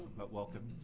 but welcome.